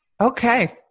Okay